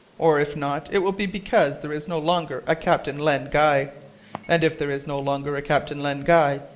or, if not, it will be because there is no longer a captain len guy and if there is no longer a captain len guy,